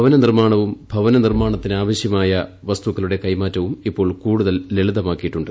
ഭവനനിർമാണവും ഭവന നിർമാണത്തിനാവശ്യമായ വസ്തുക്കളുടെ കൈമാറ്റവും ഇപ്പോൾ കൂടുതൽ ലളിതമാക്കിയിട്ടുണ്ട്